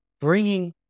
bringing